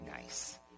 nice